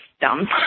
dumb